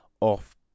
off